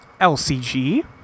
LCG